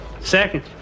Second